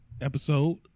episode